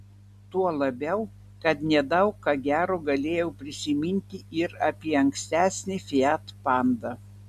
tuo labiau kad nedaug ką gero galėjau prisiminti ir apie ankstesnį fiat panda